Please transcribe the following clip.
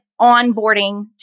onboarding